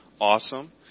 awesome